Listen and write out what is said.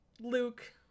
Luke